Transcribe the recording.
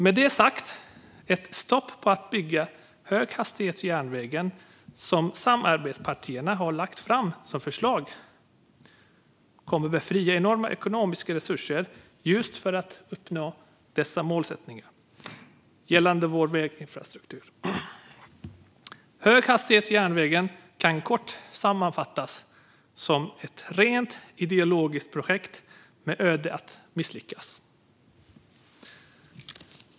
Med det sagt: Ett stopp för att bygga höghastighetsjärnvägen, som samarbetspartierna har lagt fram som förslag, kommer att frigöra enorma ekonomiska resurser just för att uppnå dessa målsättningar gällande vår väginfrastruktur. Höghastighetsjärnvägen kan kort sammanfattas som ett rent ideologiskt projekt, dömt att misslyckas.